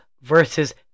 versus